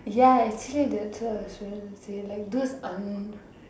ya actually that's what I was going to say like those on